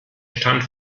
stand